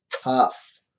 tough